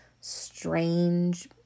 strange